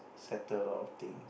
settle a lot of things